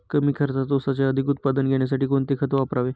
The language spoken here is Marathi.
कमी खर्चात ऊसाचे अधिक उत्पादन घेण्यासाठी कोणते खत वापरावे?